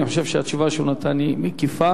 אני חושב שהתשובה שהוא נתן היא מקיפה.